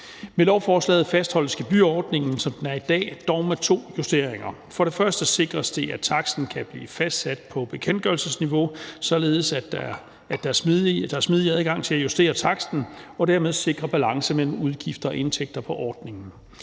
Med lovforslaget fastholdes gebyrordningen, som den er i dag, dog med to justeringer: For det første sikres det, at taksten kan blive fastsat på bekendtgørelsesniveau, således at der er smidig adgang til at justere taksten og dermed sikre balance mellem udgifter og indtægter i ordningen.